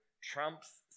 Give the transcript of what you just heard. trumps